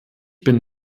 bin